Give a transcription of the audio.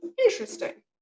interesting